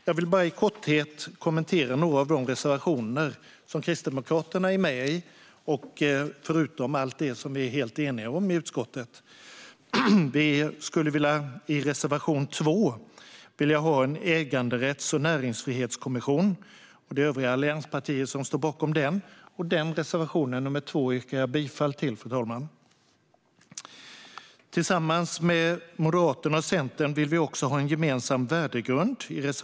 Låt mig i korthet kommentera några av de reservationer som Kristdemokraterna har utöver allt det som vi är eniga om i utskottet. Reservation 2 handlar om att vi vill ha en äganderätts och näringsfrihetskommission. Övriga allianspartier står också bakom denna reservation, och jag yrkar bifall till den, fru talman. Tillsammans med Moderaterna och Centern har vi reservation 3 om en gemensam värdegrund.